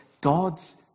God's